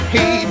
Hey